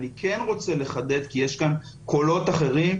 אני כן רוצה לחדד, כי יש כאן קולות אחרים.